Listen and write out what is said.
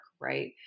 Right